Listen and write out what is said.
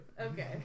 Okay